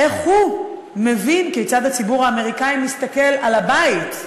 איך הוא מבין כיצד הציבור האמריקני מסתכל על הבית,